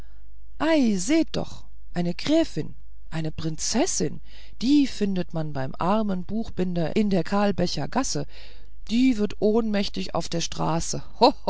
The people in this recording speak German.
ei seht doch eine gräfin eine prinzessin die findet man beim armen buchbinder in der kalbächer gasse die wird ohnmächtig auf der straße